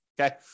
Okay